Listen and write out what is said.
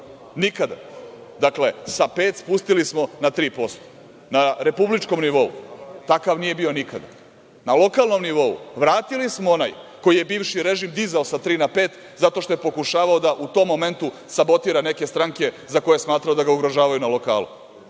Nikada. Sa pet, spustili smo na tri posto. Na republičkom nivou, takav nije bio nikada. Na lokalnom nivou vratili smo onaj koji je bivši režim dizao sa tri na pet, zato što je pokušavao da u tom momentu sabotira neke stranke za koje je smatrao da ga ugrožavaju na lokalu,